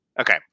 Okay